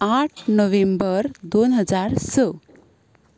आठ नोव्हेंबर दोन हजार स